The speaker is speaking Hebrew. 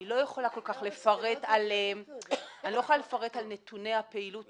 אבל אני לא יכולה כל כך לפרט על נתוני הפעילות